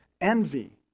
envy